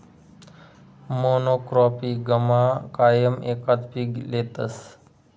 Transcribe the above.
मोनॉक्रोपिगमा कायम एकच पीक लेतस